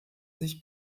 sich